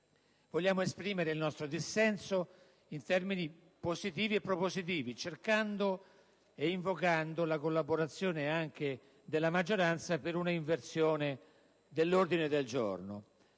vogliamo esprimere il nostro dissenso in termini positivi e propositivi, cercando ed invocando la collaborazione anche della maggioranza per una diversa composizione dell'ordine del giorno.